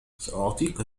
سأعطيك